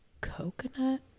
coconut